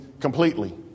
completely